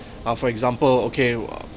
ah for example okay